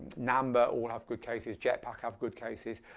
namba all have good cases, jet pack have good cases,